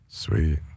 Sweet